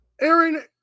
Aaron